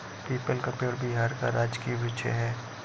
people का पेड़ बिहार का राजकीय वृक्ष है